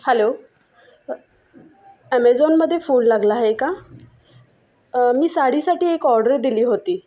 hello ॲमेझॉनमध्ये phone लागला आहे का मी साडीसाठी एक ऑर्डर दिली होती